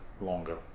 longer